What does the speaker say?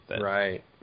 right